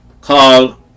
call